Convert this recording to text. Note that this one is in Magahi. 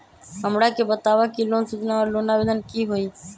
हमरा के बताव कि लोन सूचना और लोन आवेदन की होई?